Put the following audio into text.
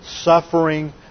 suffering